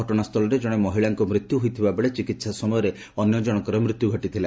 ଘଟଣାସ୍ଥଳରେ ଜଣେ ମହିଳାଙ୍କ ମୃତ୍ୟୁ ହୋଇଥିବା ବେଳେ ଚିକିତ୍ସା ସମୟରେ ଅନ୍ୟଜଣଙ୍କର ମୃତ୍ୟୁ ଘଟିଥିଲା